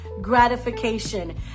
gratification